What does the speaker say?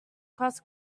cross